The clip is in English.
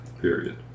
period